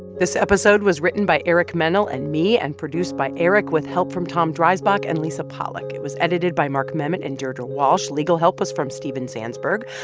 this episode was written by eric mennel and me and produced by eric with help from tom dreisbach and lisa pollak. it was edited by mark memmott and deirdre walsh. legal help was from steven zansberg.